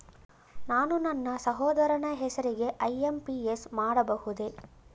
ನಾನು ನನ್ನ ಸಹೋದರನ ಹೆಸರಿಗೆ ಐ.ಎಂ.ಪಿ.ಎಸ್ ಮಾಡಬಹುದೇ?